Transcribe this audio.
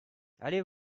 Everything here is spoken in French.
allez